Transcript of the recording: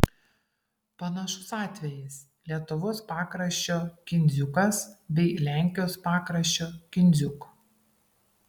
panašus atvejis lietuvos pakraščio kindziukas bei lenkijos pakraščio kindziuk